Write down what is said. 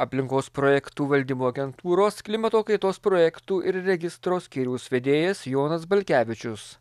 aplinkos projektų valdymo agentūros klimato kaitos projektų ir registro skyriaus vedėjas jonas balkevičius